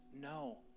no